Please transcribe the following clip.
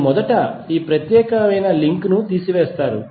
మీరు మొదట ఈ ప్రత్యేక లింక్ను తీసివేస్తారు